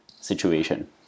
situation